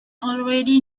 already